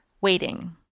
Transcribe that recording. waiting